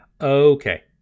Okay